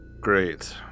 Great